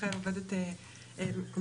רחל עובדת עם